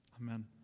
Amen